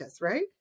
Right